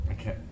Okay